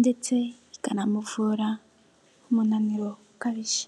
ndetse ikanamuvura umunaniro ukabije.